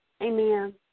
Amen